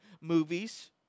movies